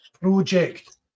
project